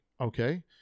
Okay